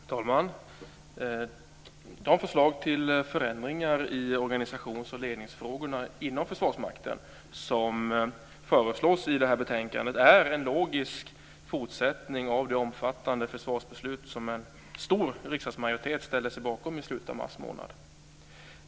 Herr talman! De förslag till förändringar i organisations och ledningsfrågor inom Försvarsmakten som föreslås i betänkandet är en logisk fortsättning på det omfattande försvarsbeslut som en stor riksdagsmajoritet i slutet av mars månad ställde sig bakom.